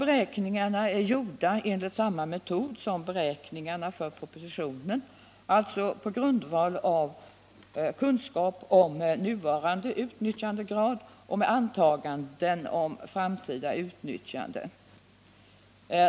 Beräkningarna är gjorda enligt samma metod som beräkningarna för propositionen, alltså på grundval av kunskap om nuvarande utnyttjandegrad och med antaganden om framtida utnyttjande.